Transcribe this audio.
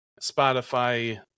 Spotify